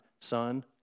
Son